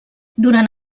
durant